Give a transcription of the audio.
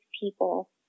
people